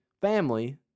family